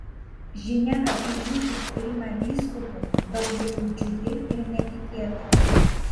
žinia apie jūsų skyrimą vyskupu daugeliui džiugi ir netikėta